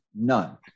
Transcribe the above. none